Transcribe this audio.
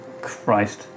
Christ